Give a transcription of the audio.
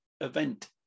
event